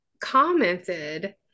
commented